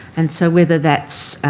and so whether that's